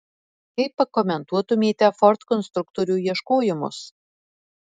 kaip pakomentuotumėte ford konstruktorių ieškojimus